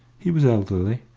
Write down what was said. he was elderly,